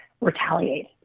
retaliate